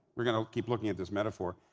we're going to keep looking at this metaphor,